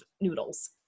noodles